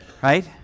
Right